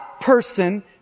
person